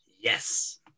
Yes